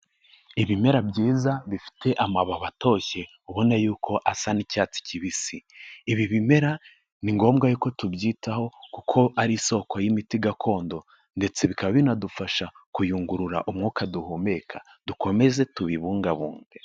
Ibimera byiza bifite amababi atoshye ubona yuko asa n'icyatsi kibisi, ibi bimera ni ngombwa ko tubyitaho kuko ari isoko y'imiti gakondo ndetse bikaba binadufasha kuyungurura umwuka duhumeka, dukomeze tubibungabunge.